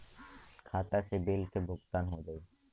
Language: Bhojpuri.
खाता से बिल के भुगतान हो जाई?